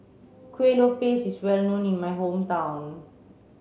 Kueh Lopes is well known in my hometown